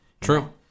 True